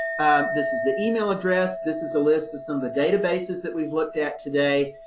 this is the email address, this is a list of some of the databases that we've looked at today.